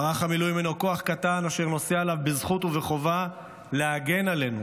מערך המילואים הינו כוח קטן אשר נושא את הזכות והחובה להגן עלינו,